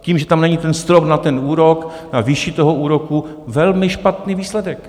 Tím, že tam není ten strop na ten úrok, na výši toho úroku, velmi špatný výsledek.